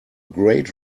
great